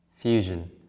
fusion